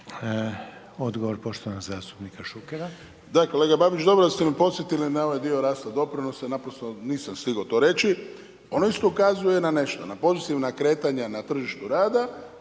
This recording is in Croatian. Odgovor poštovanog zastupnika Šukera. **Šuker, Ivan (HDZ)** Da kolega Babić, dobro ste me podsjetili na ovaj dio rasta doprinosa, jer naprosto nisam stigao to reći, on isto ukazuje na nešto, na pozitivna kretanja na tržištu rada